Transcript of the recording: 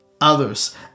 others